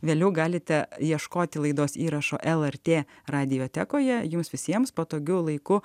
vėliau galite ieškoti laidos įrašo lrt radiotekoje jums visiems patogiu laiku